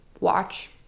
watch